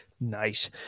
Nice